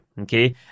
Okay